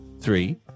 three